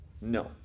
No